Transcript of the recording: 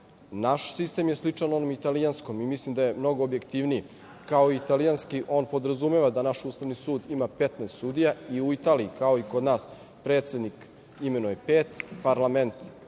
sistem je sličan onom italijanskom, mislim da je mnogo objektivniji. Kao i italijanski, on podrazumeva da naš Ustavni sud ima 15 sudija, i u Italiji, kao i kod nas, predsednik imenuje pet, parlament